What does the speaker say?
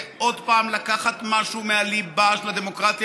זה עוד פעם לקחת משהו מהליבה של הדמוקרטיה